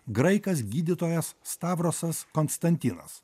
graikas gydytojas stavrasas konstantinas